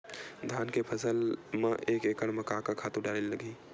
धान के फसल म एक एकड़ म का का खातु डारेल लगही?